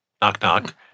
Knock-knock